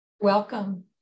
Welcome